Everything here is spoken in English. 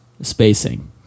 spacing